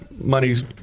money's